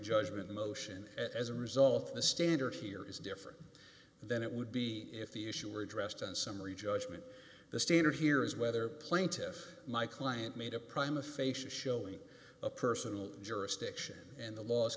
judgment motion as a result of the standard here is different than it would be if the issue were addressed in summary judgment the standard here is whether plaintive my client made a prime a facia showing a personal jurisdiction and the laws